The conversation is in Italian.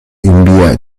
invia